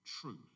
truth